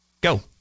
go